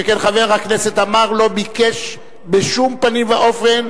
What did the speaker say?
שכן חבר הכנסת עמאר לא ביקש בשום פנים ואופן,